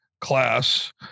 class